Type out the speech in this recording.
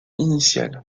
initial